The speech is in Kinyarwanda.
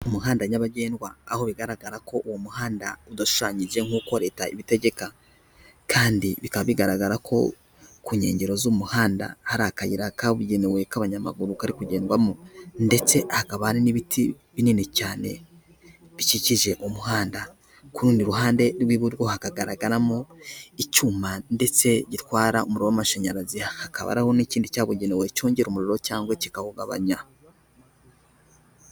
Umuhanda ny'abagendwa aho bigaragara ko uwo muhanda udashushanyije nk'uko leta ibitegeka kandi bikaba bigaragara ko ku nkengero z'umuhanda hari akayira kabugenewe k'abanyamaguru kari kugendwamo ndetse hakaba hari n'ibiti binini cyane bikikije umuhanda ku rundi ruhande rw'iburyo hakagaragaramo icyuma ndetse gitwara umuriro w'amashanyarazi hakaba hari n'ikindi cyabugenewe cyongera umuriro cyangwa kikawugabanya.